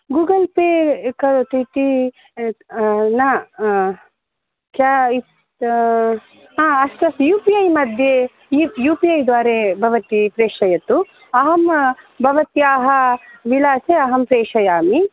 Google pay करोति इति न चायस् अस्तु अस्तु यु पि ऐ मध्ये यु पि ऐ द्वारा भवती प्रेषयतु अहं भवत्याः विलासे अहं प्रेषयामि